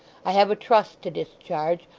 i have a trust to discharge,